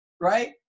right